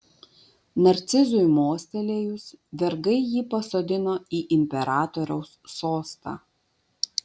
narcizui mostelėjus vergai jį pasodino į imperatoriaus sostą